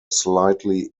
slightly